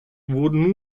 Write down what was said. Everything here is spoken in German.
wurden